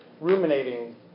ruminating